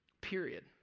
period